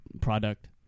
product